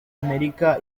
amerika